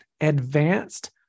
advanced